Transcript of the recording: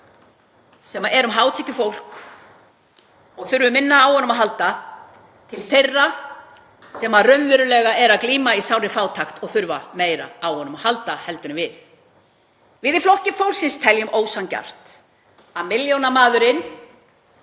sem erum hátekjufólk og þurfum minna á honum að halda til þeirra sem raunverulega eru að glíma við sárafátækt og þurfa meira á honum að halda heldur en við. Við í Flokki fólksins teljum ósanngjarnt að milljónamaðurinn